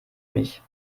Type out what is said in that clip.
mich